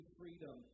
freedom